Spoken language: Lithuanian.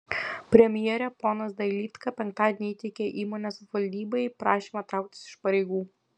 premjere ponas dailydka penktadienį įteikė įmonės valdybai prašymą trauktis iš pareigų